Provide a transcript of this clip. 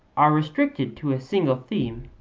are restricted to a single theme,